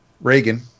Reagan